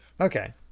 okay